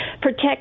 protect